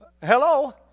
Hello